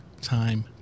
time